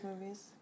movies